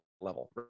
level